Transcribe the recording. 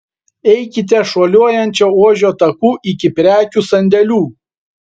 eikite šuoliuojančio ožio taku iki prekių sandėlių